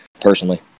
personally